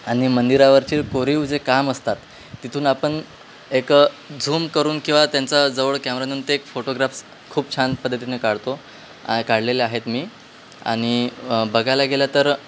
आणि मंदिरावरचे कोरीव जे काम असतात तिथून आपण एक झूम करून किंवा त्यांचा जवळ कॅमेरा नेऊन ते एक फोटोग्राफ्स खूप छान पद्धतीने काढतो काढलेले आहेत मी आणि बघायला गेलं तर